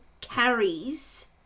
carries